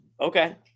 Okay